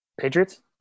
Patriots